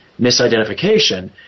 misidentification